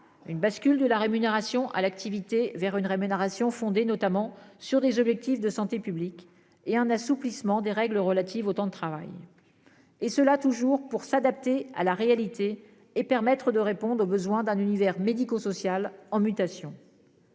Une bascule de la rémunération à l'activité vers une rémunération fondée notamment sur des objectifs de santé publique et un assouplissement des règles relatives au temps de travail. Et cela toujours pour s'adapter à la réalité et permettre de répondre au besoin d'un univers médico-social en mutation.--